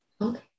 Okay